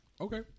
Okay